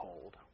cold